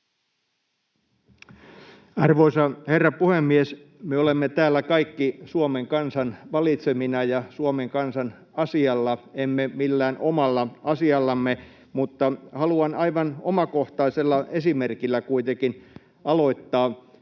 Arvoisa herra puhemies! Me olemme täällä kaikki Suomen kansan valitsemina ja Suomen kansan asialla, emme millään omalla asiallamme, mutta haluan aivan omakohtaisella esimerkillä kuitenkin aloittaa.